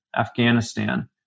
Afghanistan